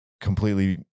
completely